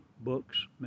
book's